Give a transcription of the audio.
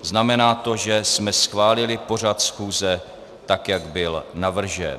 Znamená to, že jsme schválili pořad schůze, tak jak byl navržen.